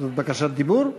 זאת בקשת דיבור?